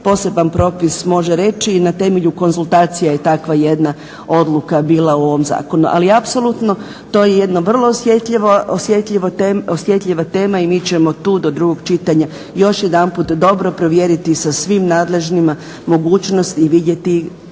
poseban propis može reći i na temelju konzultacija je takva jedna odluka bila u ovom zakonu. Ali apsolutno to je jedno vrlo osjetljiva tema i mi ćemo tu do drugog čitanja još jedanput dobro provjeriti sa svim nadležnima mogućnost i vidjeti